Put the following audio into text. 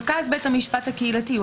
רכז בית המשפט הקהילתי.